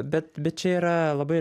bet bet čia yra labai